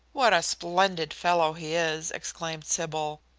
what a splendid fellow he is! exclaimed sybil.